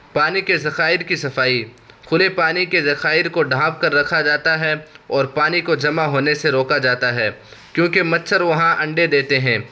پانی کے ذخائر کی صفائی کھلے پانی کے ذخائر کو ڈھانک کر رکھا جاتا ہے اور پانی کو جمع ہونے سے روکا جاتا ہے کیونکہ مچھر وہاں انڈے دیتے ہیں